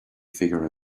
figure